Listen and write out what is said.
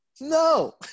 No